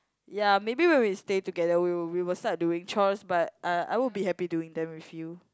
ya maybe when we stay together we would we would start doing chores but (uh)I would be happy doing them with you